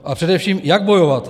A především jak bojovat?